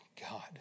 God